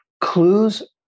clues